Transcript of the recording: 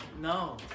no